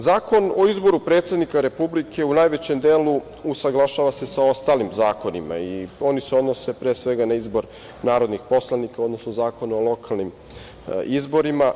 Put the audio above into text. Zakon o izboru predsednika Republike u najvećem delu usaglašava se sa ostalim zakonima, a oni se odnose pre svega na izbor narodnih poslanika, odnosno zakone o lokalnim izborima.